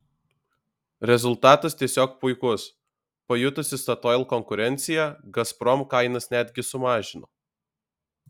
rezultatas tiesiog puikus pajutusi statoil konkurenciją gazprom kainas netgi sumažino